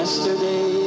Yesterday